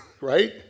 right